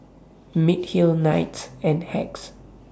Mediheal Knights and Hacks